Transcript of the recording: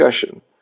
discussion